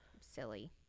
silly